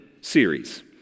series